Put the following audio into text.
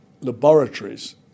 laboratories